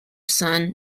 son